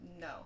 no